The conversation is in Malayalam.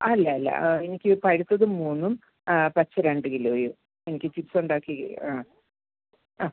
അല്ല അല്ല എനിക്ക് പഴുത്തത് മൂന്നും പച്ച രണ്ട് കിലോയും എനിക്ക് ചിപ്സ് ഉണ്ടാക്കി ആ ആ